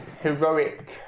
heroic